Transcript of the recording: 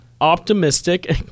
Optimistic